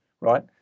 right